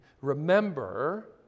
Remember